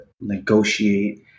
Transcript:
negotiate